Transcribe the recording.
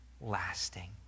lasting